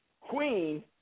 queen